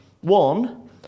one